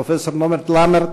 פרופסור נורברט לאמרט,